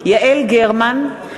יעל גרמן,